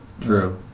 True